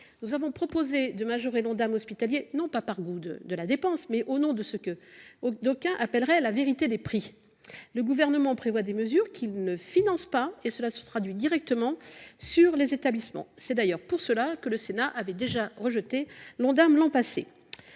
Nous avons proposé de majorer l’Ondam hospitalier, non par goût de la dépense, mais au nom de ce que d’aucuns appelleraient la vérité des prix. Le Gouvernement annonce des mesures qu’il ne finance pas : cela se traduit directement sur les établissements. C’est d’ailleurs pour cela que le Sénat avait déjà rejeté l’Ondam l’an passé.